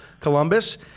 Columbus